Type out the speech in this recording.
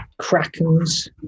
krakens